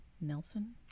Nelson